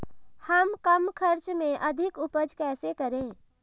हम कम खर्च में अधिक उपज कैसे करें?